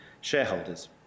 shareholders